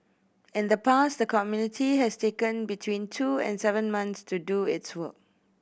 in the past the community has taken between two and seven months to do its work